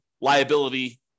liability